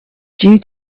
due